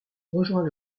rejoint